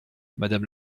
madame